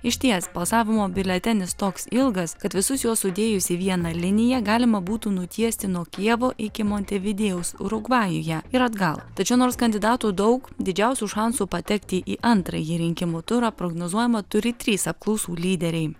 išties balsavimo biuletenis toks ilgas kad visus juos sudėjus į vieną liniją galima būtų nutiesti nuo kijevo iki montevidėjaus urugvajuje ir atgal tačiau nors kandidatų daug didžiausių šansų patekti į antrąjį rinkimų turą prognozuojama turi trys apklausų lyderiai